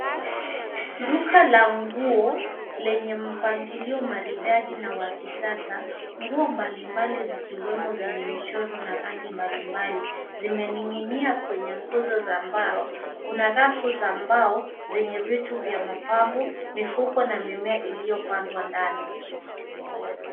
Duka la nguo lenye mpangilio maridadi na wa kisasa . Nguo mbalimbali zikiwemo zenye michoro na rangi mbalimbali zimening'inia kwenye nguzo za mbao. Kuna rafu za mbao zenye vitu za mapambo, mifuko na mimea iliyopandwa ndani.